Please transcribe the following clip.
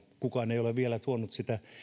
kukaan ei ole vielä tuonut sitä